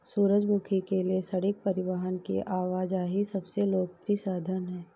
सूरजमुखी के लिए सड़क परिवहन की आवाजाही सबसे लोकप्रिय साधन है